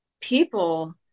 people